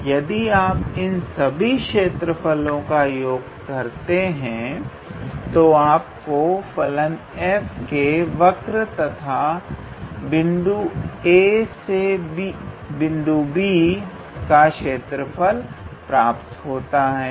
और यदि आप इन सभी क्षेत्रफलों का योग करते हैं तो आपको फलन f के वक्र तथा बिंदुओं xa से xb का क्षेत्रफल प्राप्त होता है